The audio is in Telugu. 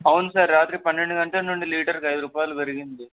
అవును సార్ రాత్రి పన్నెండు గంటల నుండి లీటర్కి ఐదు రూపాయలు పెరిగింది